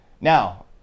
Now